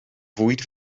fwyd